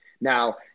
Now